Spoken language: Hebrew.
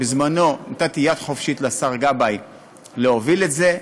בזמנו נתתי יד חופשית לשר גבאי להוביל את זה,